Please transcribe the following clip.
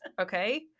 Okay